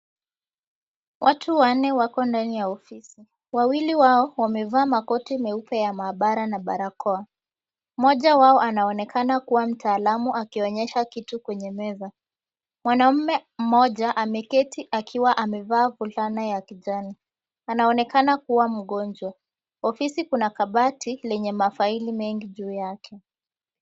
Watu wanne wako ndani ya ofisi. Wawili wao, wamevaa makoti meupe ya maabara na barakoa. Mmoja wao anaonekana kuwa mtaalamu akionyesha kitu kwenye meza. Mwanamume mmoja, ameketi akiwa amevaa fulana ya kijani. Anaonekana kuwa mgonjwa. Ofisi kuna kabati lenye mafaili mengi juu yake.